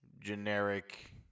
Generic